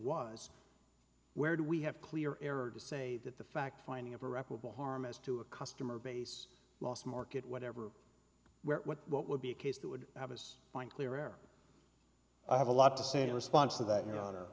was where do we have clear error to say that the fact finding of irreparable harm is to a customer base loss market whatever what what would be a case that would have his mind clear air i have a lot to say in response to that your hon